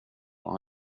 och